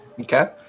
Okay